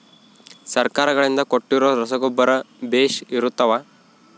ಸರ್ಕಾರಗಳಿಂದ ಕೊಟ್ಟಿರೊ ರಸಗೊಬ್ಬರ ಬೇಷ್ ಇರುತ್ತವಾ?